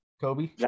Kobe